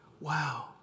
Wow